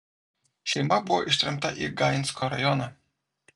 šeima buvo ištremta į gainsko rajoną